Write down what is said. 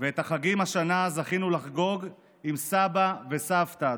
ואת החגים השנה זכינו לחגוג עם סבא וסבתא,